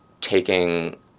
taking